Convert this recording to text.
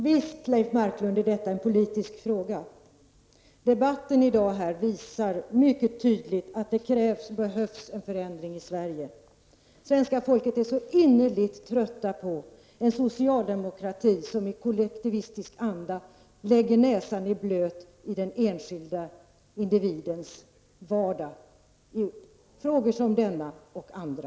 Herr talman! Mycket kort: Visst är detta en politisk fråga. Debatten i dag visar mycket tydligt att det krävs en förändring i Sverige. Svenska folket är så innerligt trött på en socialdemokrati som i kollektivistisk anda lägger näsan i blöt i den enskilde individens vardag i frågor som denna och andra.